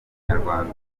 inyarwanda